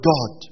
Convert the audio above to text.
God